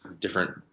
different